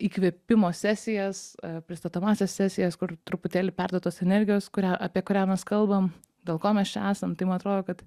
įkvėpimo sesijas pristatomąsias sesijas kur truputėlį perduot tos energijos kurią apie kurią mes kalbam dėl ko mes čia esam tai man atrodo kad